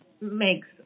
makes